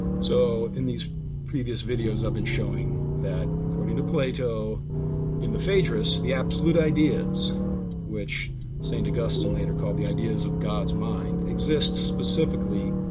so, in these previous videos i've been showing that according to plato in the phaedrus, the absolute ideas which seem st. augusta and later called, the ideas of god's mind, exist specifically